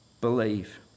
believe